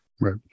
Right